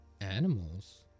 animals